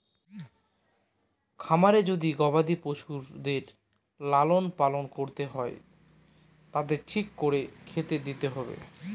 খামারে যদি গবাদি পশুদের লালন পালন করতে হয় তাদের ঠিক করে খেতে দিতে হবে